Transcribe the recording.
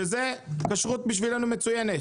שעבורנו היא כשרות מצוינת,